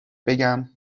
بگم